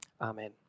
Amen